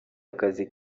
akazi